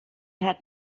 had